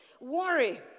Worry